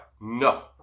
no